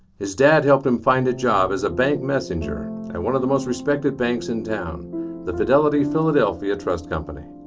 his dad helped him find a job as a bank messenger in and one of the most respected banks in town the fidelity philadelphia trust company.